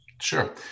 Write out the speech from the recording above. Sure